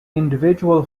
individual